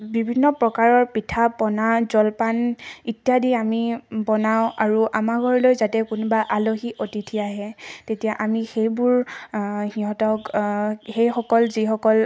বিভিন্ন প্ৰকাৰৰ পিঠা পনা জলপান ইত্যাদি আমি বনাওঁ আৰু আমাৰ ঘৰলৈ যাতে কোনোবা আলহী অতিথি আহে তেতিয়া আমি সেইবোৰ সিহঁতক সেইসকল যিসকল